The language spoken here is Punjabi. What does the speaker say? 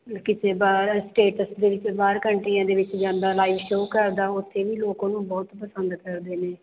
ਕਿਸੇ ਬਾਹਰ ਸਟੇਟਸ ਦੇ ਵਿੱਚ ਬਾਹਰ ਕੰਟਰੀਆਂ ਦੇ ਵਿੱਚ ਜਾਂਦਾ ਲਾਈਵ ਸ਼ੋਅ ਕਰਦਾ ਉੱਥੇ ਵੀ ਲੋਕ ਉਹਨੂੰ ਬਹੁਤ ਪਸੰਦ ਕਰਦੇ ਨੇ